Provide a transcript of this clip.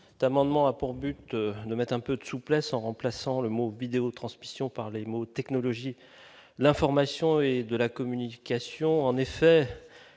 d'amendement a pour but de mettre un peu de souplesse en remplaçant le mot vidéo transmission par les mots technologies l'information et de la communication, en effet,